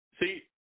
See